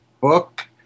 book